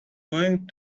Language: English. going